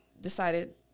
decided